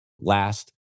last